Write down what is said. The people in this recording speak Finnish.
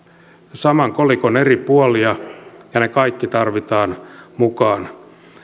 saman kolikon eri puolia ja ne kaikki tarvitaan mukaan